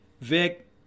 Vic